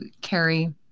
carrie